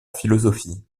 philosophie